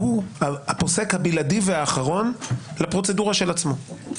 שהוא הפוסק הבלעדי והאחרון לפרוצדורה של עצמו,